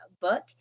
book